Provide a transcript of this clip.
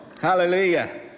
Hallelujah